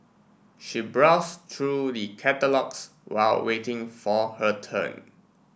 she brows through the catalogues while waiting for her turn